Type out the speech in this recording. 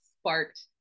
sparked